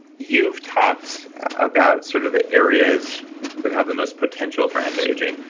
you've talked about sort of the areas that have the most potential for anti-aging.